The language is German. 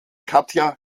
katja